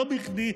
לא בכדי,